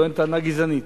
טוען טענה גזענית.